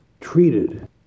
treated